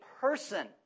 person